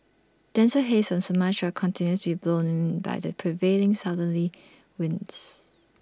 denser haze from Sumatra continues to be blown in by the prevailing southerly winds